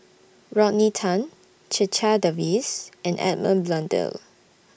Rodney Tan Checha Davies and Edmund Blundell